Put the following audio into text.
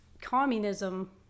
communism